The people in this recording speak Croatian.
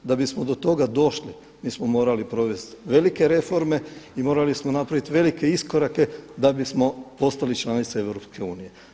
Da bismo do toga došli mi smo morali provesti velike reforme i morali smo napraviti velike iskorake da bismo postali članica EU.